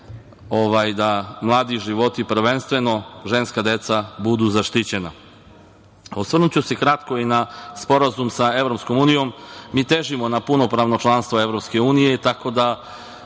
da mladi životi, prvenstveno ženska deca budu zaštićena. Osvrnuću se kratko i na sporazum sa Evropskom unijom. Mi težimo punopravnom članstvu Evropske unije, tako da